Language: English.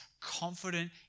confident